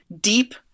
deep